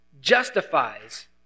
justifies